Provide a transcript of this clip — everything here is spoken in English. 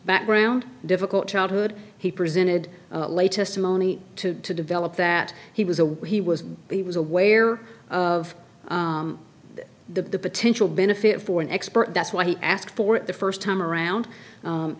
background difficult childhood he presented latest monye to develop that he was aware he was he was aware of the potential benefit for an expert that's why he asked for it the first time around